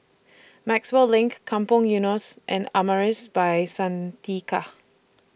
Maxwell LINK Kampong Eunos and Amaris By Santika